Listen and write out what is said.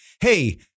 Hey